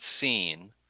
seen